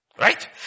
Right